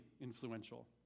influential